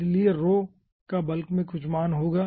इसलिए का बल्क में कुछ मान होगा